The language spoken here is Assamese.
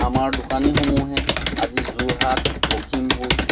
আমাৰ দোকানীসমূহে আজি যোৰহাট লখিমপুৰ